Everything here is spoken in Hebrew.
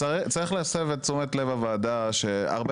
צריך להסב את תשומת לב הוועדה שהרבה